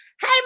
Hey